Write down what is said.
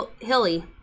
hilly